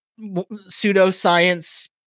pseudoscience